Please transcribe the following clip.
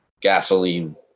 gasoline